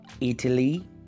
Italy